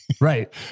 Right